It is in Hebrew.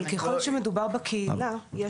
אבל ככל שמדובר בקהילה,